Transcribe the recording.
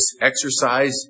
exercise